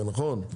נכון?